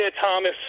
Thomas